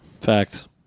Facts